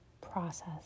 process